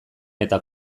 eta